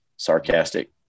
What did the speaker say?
Sarcastic